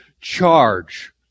charge